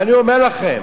ואני אומר לכם,